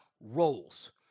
roles